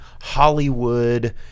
Hollywood –